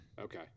Okay